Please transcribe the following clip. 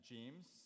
James